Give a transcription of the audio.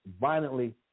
violently